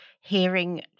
hearing